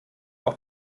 auch